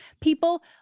people